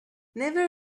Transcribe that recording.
never